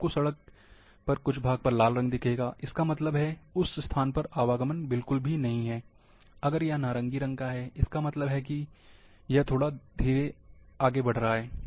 आपको सड़क पर कुछ भाग पर लाल रंग दिखेगा इसका मतलब है उस स्थान पर आवागमन बिल्कुल भी नहीं है अगर यह नारंगी रंग का है इसका मतलब है यह थोड़ा धीरे आगे बढ़ रहा है